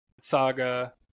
Saga